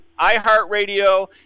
iHeartRadio